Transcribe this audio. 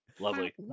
Lovely